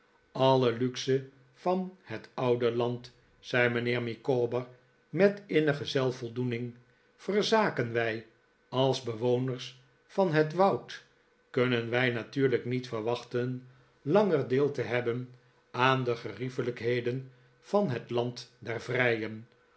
alle luxe van het oude land zei mijnheer micawber met innige zelfvoldoening verzaken wij als bewoners van het woud kunnen wij natuurlijk niet verwachten langer deel te hebben aan de geriefelijkheden van het land der vrijen